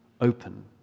open